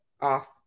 off